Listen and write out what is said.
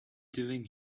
doing